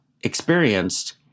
experienced